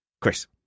chris